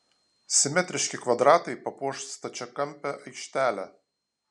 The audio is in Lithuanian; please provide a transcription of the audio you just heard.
simetriški kvadratai papuoš stačiakampę aikštelę